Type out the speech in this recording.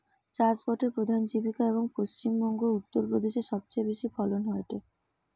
চাষ গটে প্রধান জীবিকা, এবং পশ্চিম বংগো, উত্তর প্রদেশে সবচেয়ে বেশি ফলন হয়টে